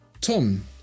Tom